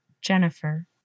Jennifer